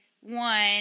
one